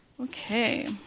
Okay